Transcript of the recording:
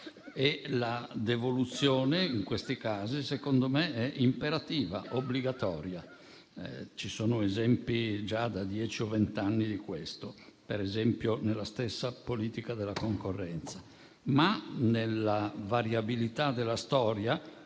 e la devoluzione in questi casi, secondo me, è imperativa, obbligatoria. Ci sono esempi già da dieci o vent'anni di questo, per esempio, nella stessa politica della concorrenza. Tuttavia, nella variabilità della storia,